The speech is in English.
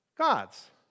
God's